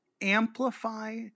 amplify